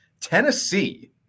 Tennessee